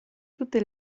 tutte